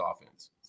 offense